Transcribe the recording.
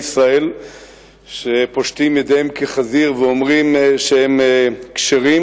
ישראל שפושטים ידיהם כחזיר ואומרים שהם כשרים,